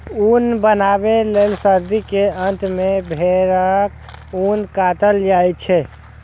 ऊन बनबै लए सर्दी के अंत मे भेड़क ऊन काटल जाइ छै